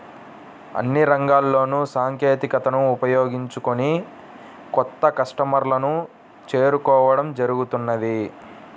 అన్ని రంగాల్లోనూ సాంకేతికతను ఉపయోగించుకొని కొత్త కస్టమర్లను చేరుకోవడం జరుగుతున్నది